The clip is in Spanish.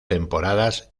temporadas